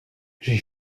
j’ai